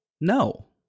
No